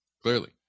Clearly